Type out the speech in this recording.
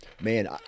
man